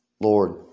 Lord